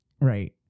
right